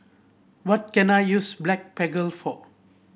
what can I use Blephagel for